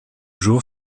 jours